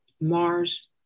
Mars